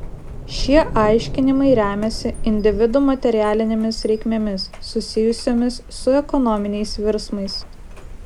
šie aiškinimai remiasi individų materialinėmis reikmėmis susijusiomis su ekonominiais virsmais